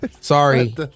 sorry